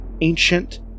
ancient